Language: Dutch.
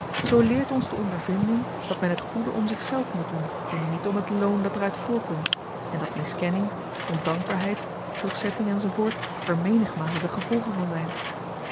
zoo leert ons de ondervinding dat men het goede om zich zelf moet doen en niet om het loon dat er uit voortkomt en dat miskenning ondankbaarheid terugzetting enz er menigmalen de gevolgen van zijn